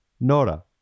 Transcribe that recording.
Nora